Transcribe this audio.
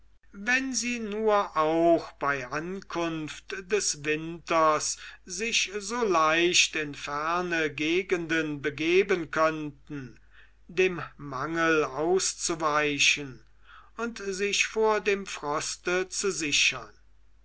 wenn sie nur auch bei ankunft des winters sich so leicht in ferne gegenden begäben dem mangel auszuweichen und sich vor dem froste zu sichern